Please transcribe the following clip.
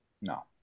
No